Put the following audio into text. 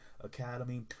Academy